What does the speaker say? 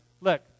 look